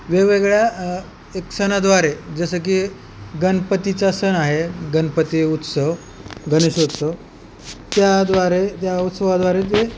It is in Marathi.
वेगवेगळ्या एक सणाद्वारे जसं की गणपतीचा सण आहे गणपती उत्सव गणेशोत्सव त्या द्वारे त्या उत्सवा द्वारे जे